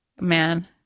man